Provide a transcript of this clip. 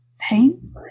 pain